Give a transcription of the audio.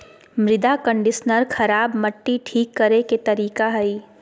मृदा कंडीशनर खराब मट्टी ठीक करे के तरीका हइ